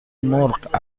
مرغ